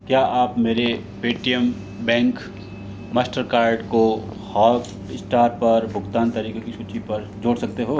क्या आप मेरे पेटीएम बैंक मास्टरकार्ड को हॉटस्टार पर भुगतान तरीके की सूची पर जोड़ सकते हो